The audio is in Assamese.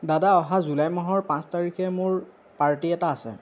দাদা অহা জুলাই মাহৰ পাঁচ তাৰিখে মোৰ পাৰ্টি এটা আছে